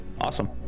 Awesome